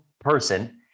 person